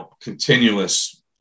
continuous